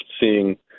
seeing